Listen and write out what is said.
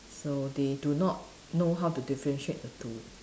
so they do not know how to differentiate the two